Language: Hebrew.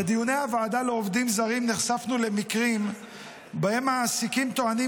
בדיוני הוועדה לעובדים זרים נחשפנו למקרים שבהם מעסיקים טוענים